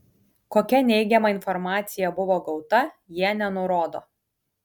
kokia neigiama informacija buvo gauta jie nenurodo